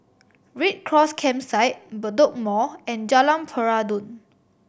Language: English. Red Cross Campsite Bedok Mall and Jalan Peradun